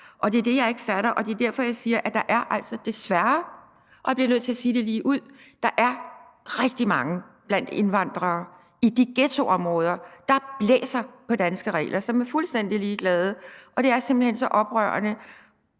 Og det er det, jeg ikke fatter, og det er derfor, jeg siger, at der altså desværre – og jeg bliver nødt til at sige det ligeud – er rigtig mange blandt indvandrerne i de ghettoområder, der blæser på danske regler og er fuldstændig ligeglade. Og det er simpelt hen så oprørende.